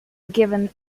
given